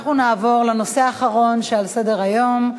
נעבור לנושא האחרון שעל סדר-היום: